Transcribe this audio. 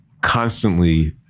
constantly